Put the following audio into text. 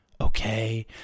Okay